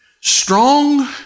strong